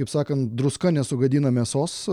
kaip sakant druska nesugadina mėsos